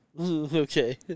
Okay